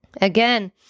Again